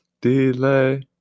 delay